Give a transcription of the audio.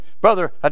Brother